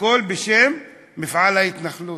הכול בשם מפעל ההתנחלויות,